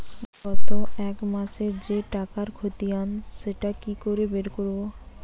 গত এক মাসের যে টাকার খতিয়ান সেটা কি করে বের করব?